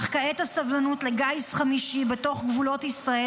אך כעת הסבלנות לגיס חמישי בתוך גבולות ישראל